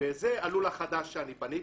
זה הלול החדש שבניתי.